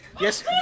Yes